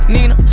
Nina